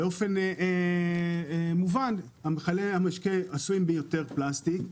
באופן מובן מכלי המשקה עשויים יותר פלסטיק,